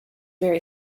very